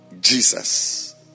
Jesus